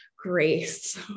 grace